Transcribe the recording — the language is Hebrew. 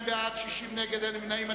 42 בעד, 60 נגד ואין נמנעים.